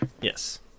yes